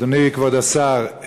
אדוני כבוד השר,